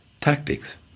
Tactics